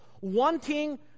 wanting